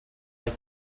like